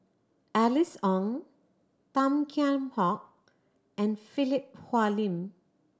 Alice Ong Tan Kheam Hock and Philip Hoalim